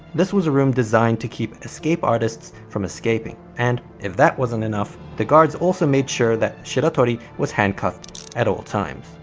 this was a room designed to keep escape artists from escaping. and if that wasn't enough, the guards also made sure that shiratori was handcuffed at all times.